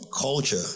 culture